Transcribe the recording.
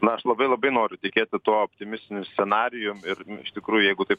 na aš labai labai noriu tikėti tuo optimistiniu scenarijum ir iš tikrųjų jeigu taip